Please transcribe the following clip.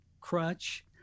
crutch